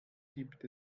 gibt